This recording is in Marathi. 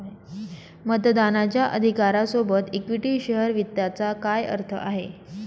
मतदानाच्या अधिकारा सोबत इक्विटी शेअर वित्ताचा काय अर्थ आहे?